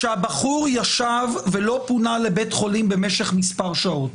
שהבחור ישב ולא פונה לבית חולים במשך כמה שעות.